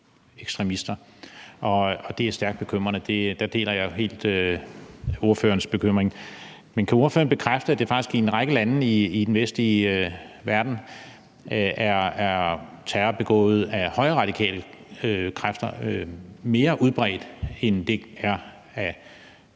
Det er stærkt bekymrende; der deler jeg helt ordførerens bekymring. Men kan ordføreren bekræfte, at i en række lande i den vestlige verden er terror begået af højreradikale kræfter faktisk mere udbredt end terror